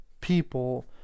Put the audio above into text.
people